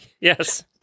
Yes